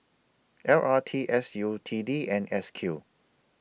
L R T S U T D and S Q